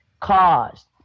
caused